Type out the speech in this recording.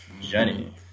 Jenny